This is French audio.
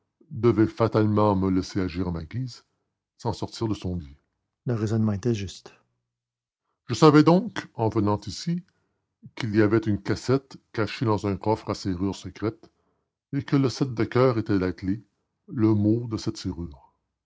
devait fatalement me laisser agir à ma guise sans sortir de son lit le raisonnement était juste je savais donc en venant ici qu'il y avait une cassette cachée dans un coffre à serrure secrète et que le sept de coeur était la clef le mot de cette